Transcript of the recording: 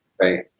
Right